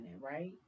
right